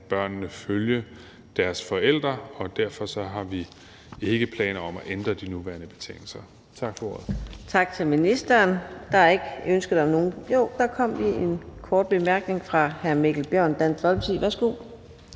børnene følge deres forældre, og derfor har vi ikke planer om at ændre de nuværende betingelser. Tak for ordet. Kl. 17:47 Fjerde næstformand (Karina Adsbøl): Tak til ministeren. Der er ikke ønske om en kort bemærkning – jo, der kom lige en kort bemærkning fra hr. Mikkel Bjørn, Dansk Folkeparti. Værsgo.